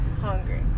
hungry